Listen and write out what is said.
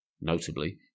Notably